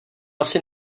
asi